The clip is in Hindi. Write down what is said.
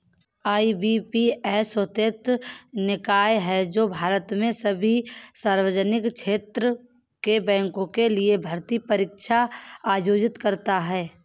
आई.बी.पी.एस स्वायत्त निकाय है जो भारत में सभी सार्वजनिक क्षेत्र के बैंकों के लिए भर्ती परीक्षा आयोजित करता है